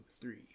three